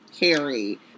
harry